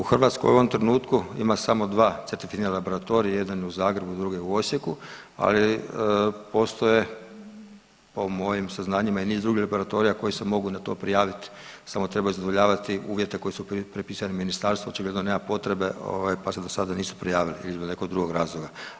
U Hrvatskoj u ovom trenutku ima samo dva certifirana laboratorija, jedan je u Zagrebu, drugi u Osijeku ali postoje po mojim saznanjima i niz drugih laboratorija koji se mogu na to prijavit samo trebaju zadovoljavati uvjete koji su prepisani ministarstvo očigledno nema potrebe pa se do sada nisu prijavili iz nekog drugog razloga.